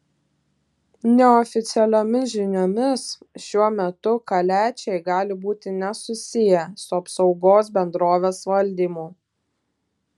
neoficialiomis žiniomis šiuo metu kaliačiai gali būti nesusiję su apsaugos bendrovės valdymu